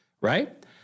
right